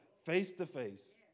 Face-to-face